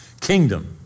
Kingdom